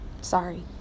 Sorry